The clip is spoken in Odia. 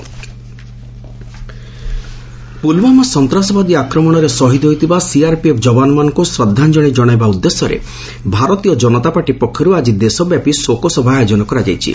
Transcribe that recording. ବିଜେପି କଣ୍ଡୋଲେନ୍ସ ପୁଲ୍ଓ୍ୱାମା ସନ୍ତାସବାଦୀ ଆକ୍ରମଣରେ ଶହୀଦ୍ ହୋଇଥିବା ସିଆର୍ପିଏଫ୍ ଯବାନମାନଙ୍କୁ ଶ୍ରଦ୍ଧାଞ୍ଚଳି କଶାଇବା ଉଦ୍ଦେଶ୍ୟରେ ଭାରତୀୟ ଜନତା ପାର୍ଟି ପକ୍ଷର୍ତ୍ ଆଜି ଦେଶବ୍ୟାପୀ ଶୋକସଭା ଆୟୋଜନ କରାଯାଇଛି